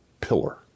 pillar